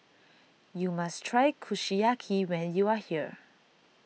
you must try Kushiyaki when you are here